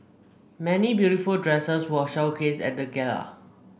many beautiful dresses were showcased at the gala